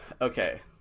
Okay